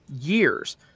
years